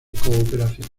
cooperación